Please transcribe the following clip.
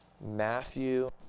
Matthew